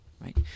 right